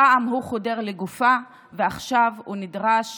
פעם הוא חודר לגופה, ועכשיו הוא נדרש